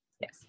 Yes